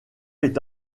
est